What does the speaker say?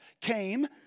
came